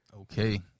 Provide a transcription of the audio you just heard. Okay